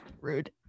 Rude